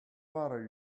father